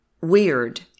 weird